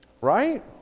Right